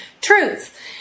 truth